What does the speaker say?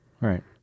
Right